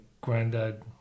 granddad